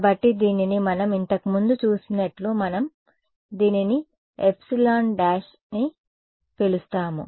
కాబట్టి దీనిని మనం ఇంతకుముందే చూసినట్లు మనం దీనిని ε అని పిలుస్తాము